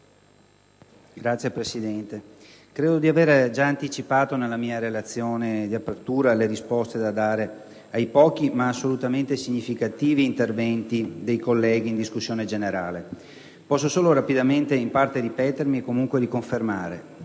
Signora Presidente, credo di aver già anticipato nella mia relazione di apertura le risposte da dare ai pochi, ma assolutamente significativi interventi dei colleghi in discussione generale. Posso solo rapidamente ripetermi in parte e comunque riconfermare,